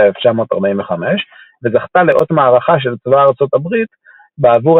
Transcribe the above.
1945 וזכתה לאות מערכה של צבא ארצות הברית בעבור